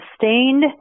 sustained